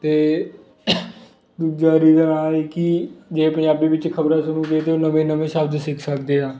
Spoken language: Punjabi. ਅਤੇ ਏ ਕਿ ਜੇ ਪੰਜਾਬੀ ਵਿੱਚ ਖਬਰਾਂ ਸੁਣੂਗੇ ਅਤੇ ਉਹ ਨਵੇਂ ਨਵੇਂ ਸ਼ਬਦ ਸਿੱਖ ਸਕਦੇ ਆ